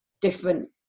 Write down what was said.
different